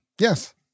yes